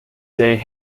day